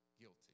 guilty